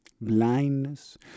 blindness